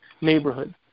neighborhood